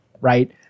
right